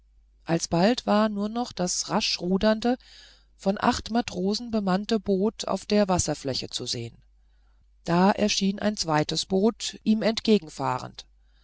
alsbald war nur noch das rasch rudernde mit acht matrosen bemannte boot auf der wasserfläche zu sehen da erschien ein zweites boot ihm